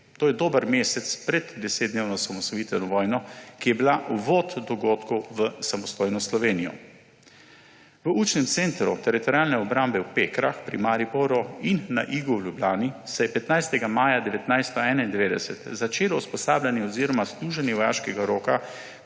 to je dober mesec pred desetdnevno osamosvojitveno vojno, ki je bila uvod dogodkov v samostojno Slovenijo. V učnem centru Teritorialne obrambe v Pekrah pri Mariboru in v učnem centru na Igu pri Ljubljani se je 15. maja 1991 začelo usposabljanje oziroma služenje vojaškega roka